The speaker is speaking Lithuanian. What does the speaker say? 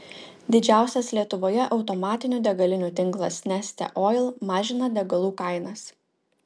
didžiausias lietuvoje automatinių degalinių tinklas neste oil mažina degalų kainas